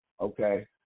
okay